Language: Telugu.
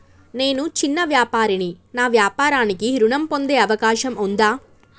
నేను చిన్న వ్యాపారిని నా వ్యాపారానికి ఋణం పొందే అవకాశం ఉందా?